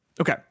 Okay